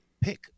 pick